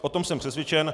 O tom jsem přesvědčen.